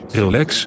relax